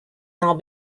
now